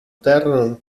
terra